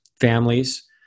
families